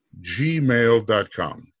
gmail.com